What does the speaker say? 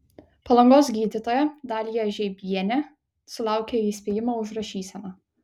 palangos gydytoja dalija žeibienė sulaukė įspėjimo už rašyseną